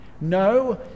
no